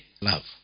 love